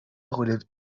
relèvent